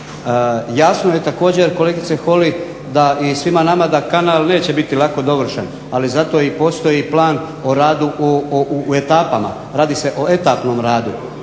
Jasno je također kolegice Holy da i svima nama, da kanal neće biti lako dovršen. Ali zato i postoji plan o radu u etapama. Radi se o etapnom radu,